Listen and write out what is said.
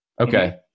Okay